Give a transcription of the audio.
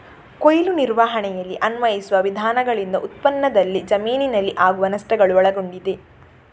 ಕೊಯ್ಲು ನಿರ್ವಹಣೆಯಲ್ಲಿ ಅನ್ವಯಿಸುವ ವಿಧಾನಗಳಿಂದ ಉತ್ಪನ್ನದಲ್ಲಿ ಜಮೀನಿನಲ್ಲಿ ಆಗುವ ನಷ್ಟಗಳು ಒಳಗೊಂಡಿದೆ